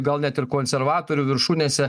gal net ir konservatorių viršūnėse